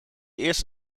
eerst